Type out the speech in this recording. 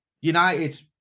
United